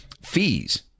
fees